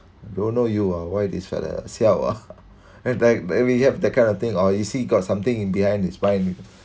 don't know you ah why this fella ah siao ah and like and we have that kind of thing or is he got something in behind the spine